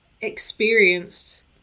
experienced